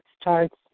starts